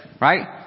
right